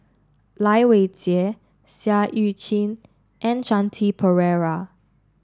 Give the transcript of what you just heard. Lai Weijie Seah Eu Chin and Shanti Pereira